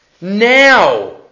Now